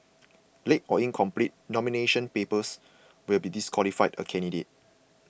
late or incomplete nomination papers will be disqualify a candidate